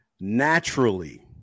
naturally